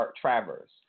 Travers